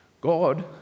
God